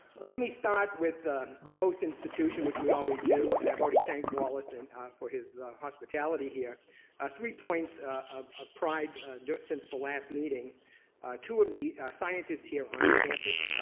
let me start with the the host institution which we always do have already thank wallison for his hospitality here ah three point of of pride since the last meeting two of the scientists here on the campus.